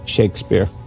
Shakespeare